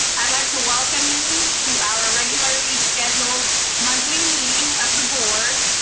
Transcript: i'd like to welcome you to our regularly scheduled monthly meeting of the board.